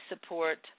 support